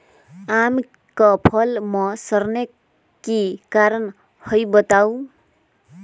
आम क फल म सरने कि कारण हई बताई?